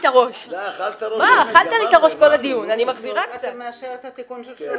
תודה לכולם, הוועדה אישרה את החוק.